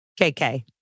KK